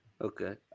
Okay